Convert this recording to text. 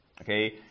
okay